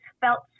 felt